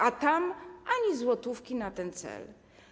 A tam ani złotówki na ten cel.